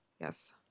Yes